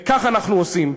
וכך אנחנו עושים.